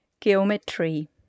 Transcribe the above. Geometry